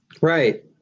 Right